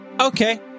Okay